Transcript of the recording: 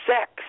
sex